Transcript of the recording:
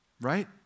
Right